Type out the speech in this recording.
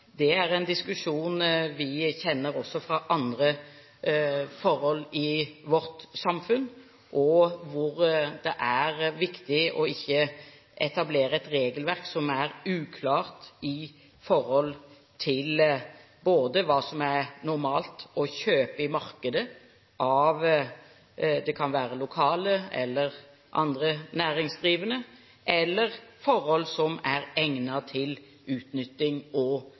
er en diskusjon vi kjenner også fra andre forhold i vårt samfunn. Det er viktig ikke å etablere et regelverk som er uklart med hensyn til hva som er normalt å kjøpe i markedet av lokale eller andre næringsdrivende, eller når det gjelder forhold som er egnet til utnytting og